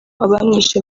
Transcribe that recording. abamwishe